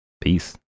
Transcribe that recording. peace